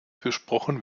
besprochen